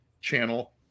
channel